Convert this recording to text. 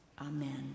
Amen